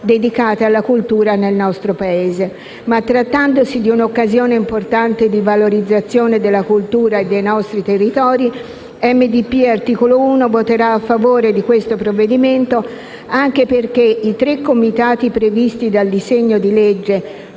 dedicate alla cultura nel nostro Paese. Ma trattandosi di un'occasione importante di valorizzazione della cultura e dei nostri territori, Articolo 1-Movimento democratico e progressista voterà a favore di questo provvedimento, anche perché i tre comitati previsti dal disegno di legge,